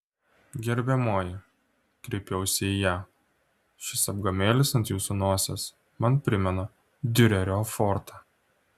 gerbiamoji kreipiausi į ją šis apgamėlis ant jūsų nosies man primena diurerio ofortą